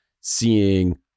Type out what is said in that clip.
seeing